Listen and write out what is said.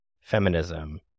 feminism